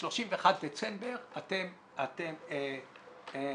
31 בדצמבר אתם מסיימים.